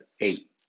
eight